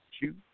two